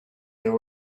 there